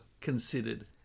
considered